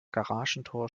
garagentor